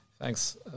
Thanks